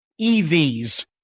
EVs